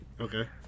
okay